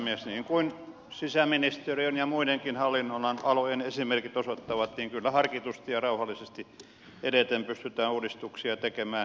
niin kuin sisäministeriön ja muidenkin hallinnonalojen esimerkit osoittavat kyllä harkitusti ja rauhallisesti edeten pystytään uudistuksia tekemään